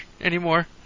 anymore